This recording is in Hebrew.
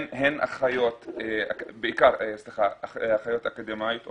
בעיקר אחיות אקדמאיות.